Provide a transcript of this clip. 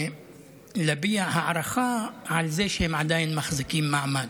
ולהביע הערכה על זה שהם עדיין מחזיקים מעמד.